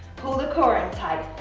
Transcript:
pull the core in tight.